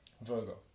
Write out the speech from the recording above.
Virgo